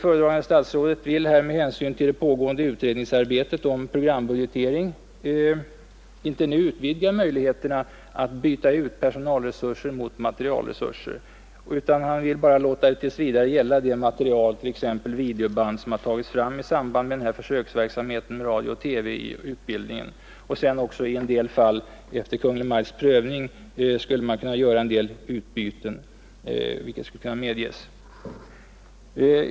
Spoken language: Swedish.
Föredragande statsrådet vill med hänsyn till pågående utredningsarbete om program budgetering inte nu utvidga möjligheterna att byta ut personalresurser mot materielresurser utan vill endast låta detta tills vidare gälla de materiel, t.ex. videoband, som tagits fram i samband med försöksverksamheten med radio och TV i utbildningen. Även i en del andra fall bör efter Kungl. Maj:ts prövning viss utbytbarhet kunna medges.